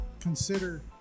consider